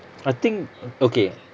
I think okay